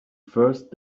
first